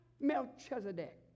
Melchizedek